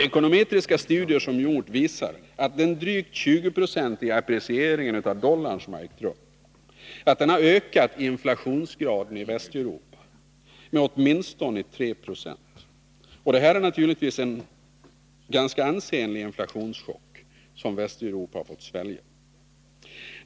Ekonometriska studier som gjorts visar att den drygt 20-procentiga appreciering av dollarn som ägt rum ökat inflationsgraden i Västeuropa med åtminstone 3 Jc. Det är naturligtvis en ganska ansenlig inflationschock som Västeuropa har fått svälja.